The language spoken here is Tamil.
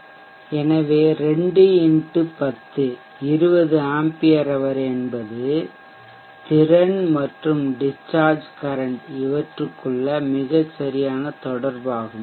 எனவே 2 10 20 ஆம்பியர் ஹவர் என்பது திறன் மற்றும் டிஷ்ஷார்ஜ் கரன்ட் இவற்றுக்குள்ள மிகச்சரியான தொடர்பாகும்